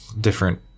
different